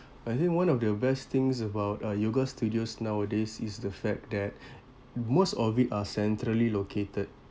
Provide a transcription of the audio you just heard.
I think one of the best things about uh yoga studios nowadays is the fact that most of it are centrally located